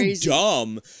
dumb